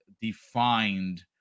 defined